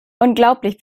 unglaublich